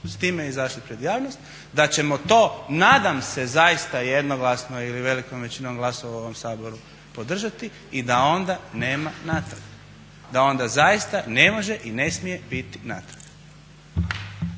s time izašli u javnost, da ćemo to nadam se zaista jednoglasno ili velikom većinom glasova u ovom Saboru podržati i da onda nema natrag, da onda zaista ne može i ne smije biti natrag.